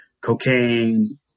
cocaine